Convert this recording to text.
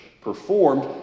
performed